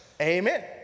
Amen